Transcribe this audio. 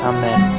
Amen